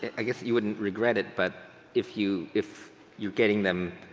i guess you wouldn't regret it but if you if you getting them,